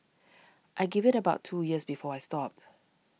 I give it about two years before I stop